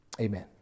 amen